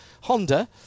Honda